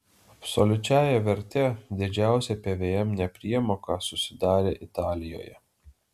absoliučiąja verte didžiausia pvm nepriemoka susidarė italijoje